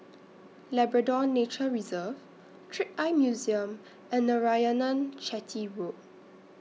Labrador Nature Reserve Trick Eye Museum and Narayanan Chetty Road